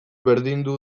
berdindu